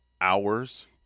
hours